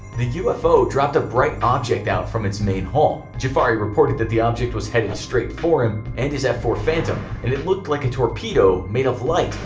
the ufo dropped a bright object out from its main hull. jafari reported that the object was headed straight for him and his f four phantom. and it looked like a torpedo made of light.